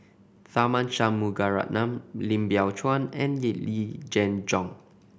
Tharman Shanmugaratnam Lim Biow Chuan and Yee Jenn Jong